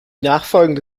nachfolgende